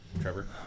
Trevor